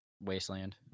wasteland